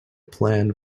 plan